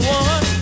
one